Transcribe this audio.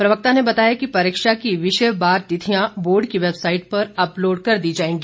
प्रवक्ता ने बताया कि परीक्षा की विषय बार तिथियां बोर्ड की वैबसाईट पर अपलोड कर दी जाएगी